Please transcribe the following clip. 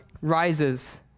rises